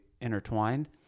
intertwined